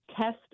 test